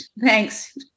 Thanks